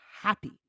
happy